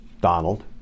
Donald